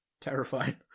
Terrifying